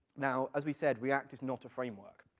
now, as we said, react is not a framework.